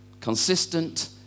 Consistent